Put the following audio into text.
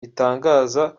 itangaza